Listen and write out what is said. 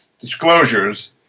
disclosures